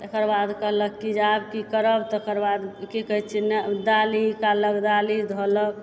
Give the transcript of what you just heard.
तकर बाद कहलक कि जे आब की करब तकर बाद की कहै छिऐ ने दालि निकालब दालि कऽ धोलक